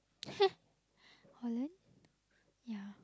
Holland yeah